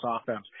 offense